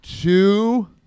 two